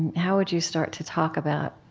how would you start to talk about